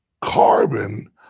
Carbon